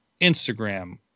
Instagram